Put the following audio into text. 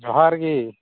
ᱡᱚᱦᱟᱨ ᱜᱮ